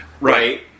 Right